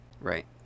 Right